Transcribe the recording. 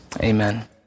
Amen